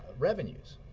revenues.